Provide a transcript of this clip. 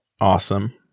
awesome